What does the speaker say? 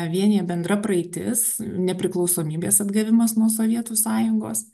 vienija bendra praeitis nepriklausomybės atgavimas nuo sovietų sąjungos